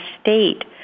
state